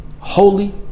holy